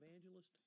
evangelist